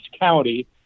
County